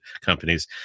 companies